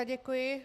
Děkuji.